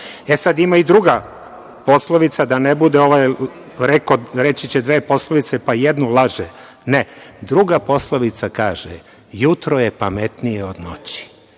itd. Sad, ima i druga poslovica, da ne bude reći će dve poslovice, pa jednu laže. Ne, druga poslovica kaže – jutro je pametnije od noći.